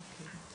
בצד השני.